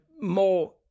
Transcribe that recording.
more